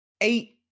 eight